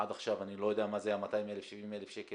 עד עכשיו אני לא יודע מה זה ה-270,000 שקל